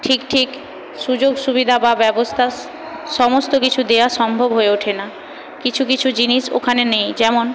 ঠিক ঠিক সুযোগ সুবিধা বা ব্যবস্থা সমস্ত কিছু দেওয়া সম্ভব হয়ে ওঠে না কিছু কিছু জিনিস ওখানে নেই যেমন